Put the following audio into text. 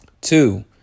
Two